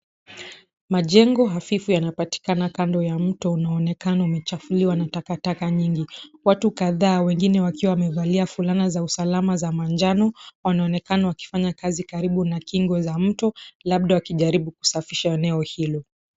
Majengo hafifu yanapatika kando ya mto unaoonekana umechafuliwa na taka taka nyingi. Watu kadhaa wengine wakiwa wamevalia fulana za usalama za manjano, wanaonekana wakifanya kazi karibu na kingo za mto, labda wakijaribu kusafisha eneo hilo.